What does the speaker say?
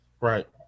Right